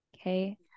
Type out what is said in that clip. Okay